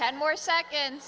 ten more second